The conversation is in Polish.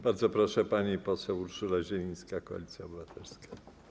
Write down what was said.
Bardzo proszę, pani poseł Urszula Zielińska, Koalicja Obywatelska.